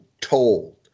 told